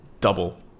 double